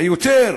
ביותר